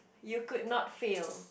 you could not fail